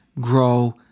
grow